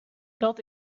dat